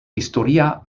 historia